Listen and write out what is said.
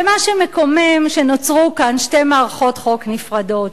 ומה שמקומם, שנוצרו כאן שתי מערכות חוק נפרדות: